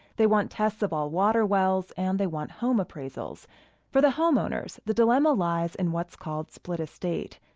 they want tests of all water wells, and they want home appraisals for the homeowners, the dilemma lies in what's called split-estate.